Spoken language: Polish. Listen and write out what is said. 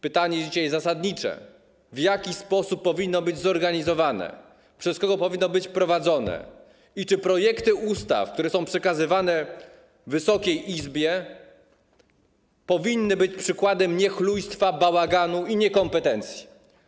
Pytanie jest dzisiaj zasadnicze: W jaki sposób powinno być zorganizowane, przez kogo powinno być prowadzone i czy projekty ustaw, które są przekazywane Wysokiej Izbie, powinny być przykładem niechlujstwa, bałaganu i niekompetencji?